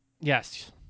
Yes